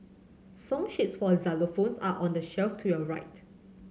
song sheets for xylophones are on the shelf to your right